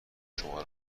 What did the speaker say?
شما